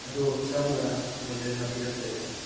ꯑꯗꯣ ꯀꯔꯝꯕ ꯑꯣꯏꯗꯣꯏꯅꯣ ꯄꯤꯔꯛꯇꯣꯏꯁꯦ